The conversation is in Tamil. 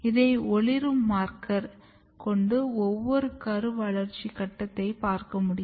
இதை ஒளிரும் மார்க்கர் கொண்டு ஒவ்வொரு கரு வளர்ச்சி கட்டத்தையும் பார்க்கமுடியும்